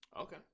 okay